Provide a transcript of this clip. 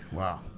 wow.